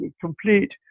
complete